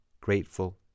Grateful